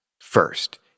First